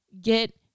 get